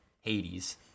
Hades